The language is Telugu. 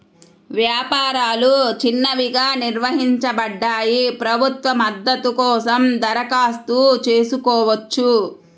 వ్యాపారాలు చిన్నవిగా నిర్వచించబడ్డాయి, ప్రభుత్వ మద్దతు కోసం దరఖాస్తు చేసుకోవచ్చు